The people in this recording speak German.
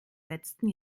letzten